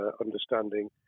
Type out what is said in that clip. understanding